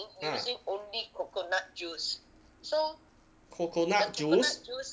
ah coconut juice